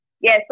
Yes